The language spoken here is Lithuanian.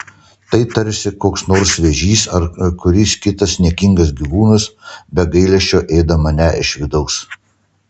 tai tarsi koks nors vėžys ar kuris kitas niekingas gyvūnas be gailesčio ėda mane iš vidaus